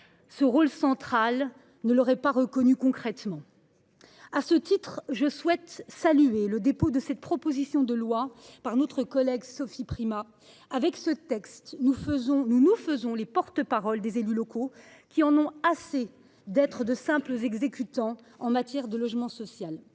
ce rôle central ne leur est pas reconnu concrètement. À cet égard, je salue le dépôt de cette proposition de loi par notre collègue Sophie Primas. Avec ce texte, nous nous faisons les porte parole des élus locaux, qui en ont souvent assez d’être de simples exécutants en matière de logement social.